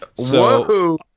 Whoa